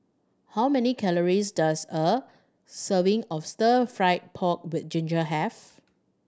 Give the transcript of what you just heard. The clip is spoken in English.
how many calories does a serving of stir fried pork with ginger have